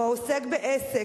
או העוסק בעסק,